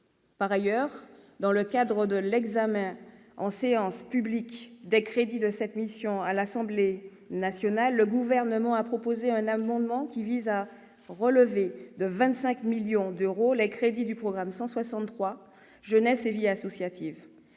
Par ailleurs, dans le cadre de l'examen en séance publique des crédits de cette mission à l'Assemblée nationale, le Gouvernement a proposé un amendement visant à relever de 25 millions d'euros les crédits du programme 163, « Jeunesse et vie associative ».